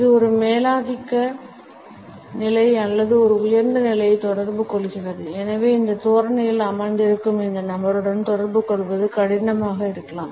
இது ஒரு மேலாதிக்க நிலை அல்லது ஒரு உயர்ந்த நிலையை தொடர்பு கொள்கிறது எனவே இந்த தோரணையில் அமர்ந்திருக்கும் இந்த நபருடன் தொடர்பு கொள்வது கடினமாக இருக்கலாம்